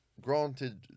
granted